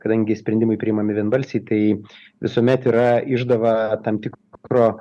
kadangi sprendimai priimami vienbalsiai tai visuomet yra išdava tam tikro